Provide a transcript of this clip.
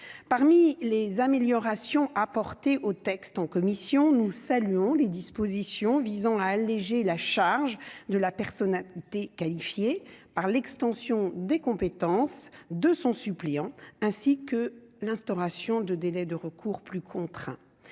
parmi les améliorations apportées au texte en commission, nous saluons les dispositions visant à alléger la charge de la personne des qualifiés par l'extension des compétences de son suppléant, ainsi que l'instauration de délai de recours plus contraint,